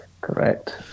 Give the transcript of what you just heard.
Correct